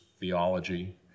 theology